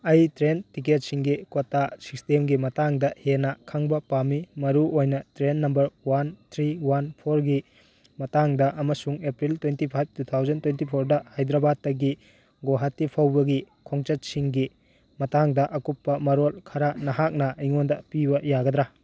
ꯑꯩ ꯇ꯭ꯔꯦꯟ ꯇꯤꯛꯀꯦꯠꯁꯤꯡꯒꯤ ꯀꯣꯇꯥ ꯁꯤꯁꯇꯦꯝꯒꯤ ꯃꯇꯥꯡꯗ ꯍꯦꯟꯅ ꯈꯪꯕ ꯄꯥꯝꯃꯤ ꯃꯔꯨꯑꯣꯏꯅ train number one three one ꯐꯣꯔꯒꯤ ꯃꯇꯥꯡꯗ ꯑꯃꯁꯨꯡ April twenty five two thousand twenty ꯐꯣꯔꯗ ꯍꯥꯏꯗ꯭ꯔꯕꯥꯠꯇꯒꯤ ꯒꯨꯋꯥꯍꯥꯇꯤ ꯐꯥꯎꯕꯒꯤ ꯈꯣꯡꯆꯠꯁꯤꯡꯒꯤ ꯃꯇꯥꯡꯗ ꯑꯀꯨꯞꯄ ꯃꯔꯣꯜ ꯈꯔ ꯅꯍꯥꯛꯅ ꯑꯩꯉꯣꯟꯗ ꯄꯤꯕ ꯌꯥꯒꯗ꯭ꯔ